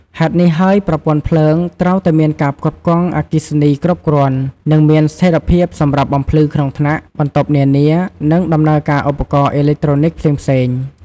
ហេតុនេះហើយប្រព័ន្ធភ្លើង ត្រូវតែមានការផ្គត់ផ្គង់អគ្គិសនីគ្រប់គ្រាន់ និងមានស្ថេរភាពសម្រាប់បំភ្លឺក្នុងថ្នាក់ បន្ទប់នានា និងដំណើរការឧបករណ៍អេឡិចត្រូនិកផ្សេងៗ។